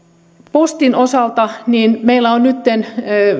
postin osalta meillä on nytten